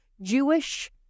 Jewish